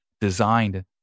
designed